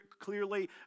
clearly